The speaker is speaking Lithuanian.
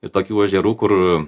ir tokių ežerų kur